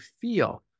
feel